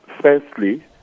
Firstly